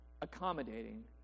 accommodating